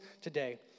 today